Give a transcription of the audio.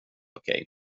okej